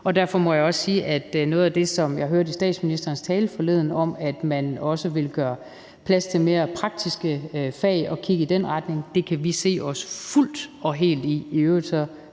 og derfor må jeg også sige, at noget af det, som jeg hørte i statsministerens tale forleden om, at man også vil skabe plads til mere praktiske fag og kigge i den retning, kan vi se os fuldt og helt i. I øvrigt